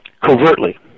Covertly